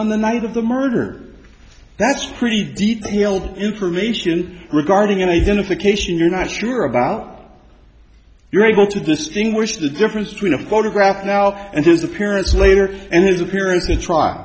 on the night of the murder that's pretty deep he'll information regarding an identification you're not sure about you're able to distinguish the difference between a photograph now and his appearance later and his appearance in a tr